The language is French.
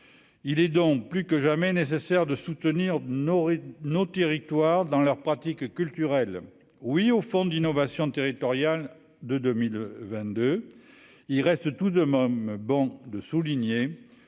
il est donc plus que jamais nécessaire de soutenir nos nos territoires dans leurs pratiques culturelles oui au fond d'innovation territoriale de 2022, il reste tout de mômes, bon de souligner